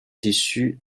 issu